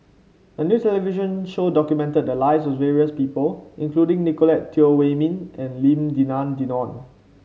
a new television show documented the lives of various people including Nicolette Teo Wei Min and Lim Denan Denon